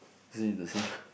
isn't it the same